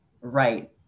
right